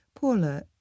Paula